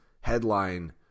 headline